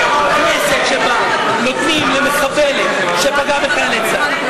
כנסת שבה נותנים למחבלת שפגעה בחיילי צה"ל,